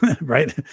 right